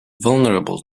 vulnerable